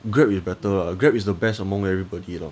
Grab is better lah Grab is the best among everybody lah